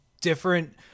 different